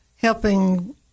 helping